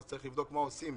אז צריך לבדוק מה עושים,